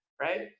right